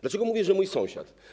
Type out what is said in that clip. Dlaczego mówię, że mój sąsiad?